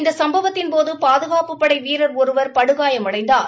இந்த சம்பநத்தின்போது பாதுகாப்புப்படை வீரர் ஒருவர் படுகாயமடைந்தார்